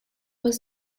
was